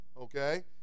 okay